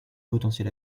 potentiel